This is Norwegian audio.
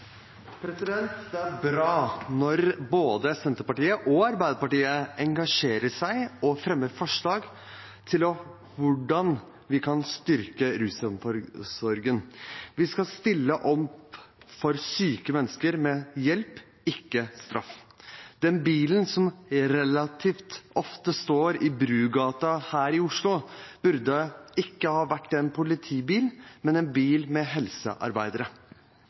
til hvordan vi kan styrke rusomsorgen. Vi skal stille opp for syke mennesker med hjelp, ikke straff. Den bilen som relativt ofte står i Brugata her i Oslo, burde ikke ha vært en politibil, men en bil med